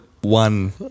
One